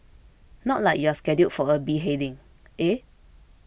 not like you're scheduled for a beheading eh